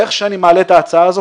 איך שאני מעלה את ההצעה הזו,